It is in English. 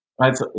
Right